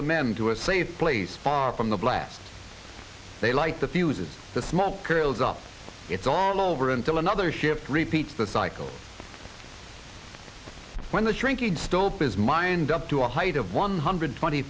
the men to a safe place far from the blasts they light the fuses the smoke curls up it's all over until another ship repeats the cycle when the shrinkage stope is mind up to a height of one hundred twenty